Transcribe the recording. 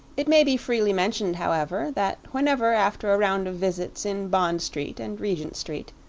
it may be freely mentioned, however, that whenever, after a round of visits in bond street and regent street,